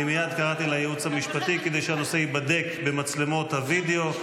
אני מייד קראתי לייעוץ המשפטי כדי שהנושא ייבדק במצלמות הווידיאו.